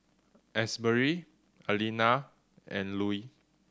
Asberry Alena and Lue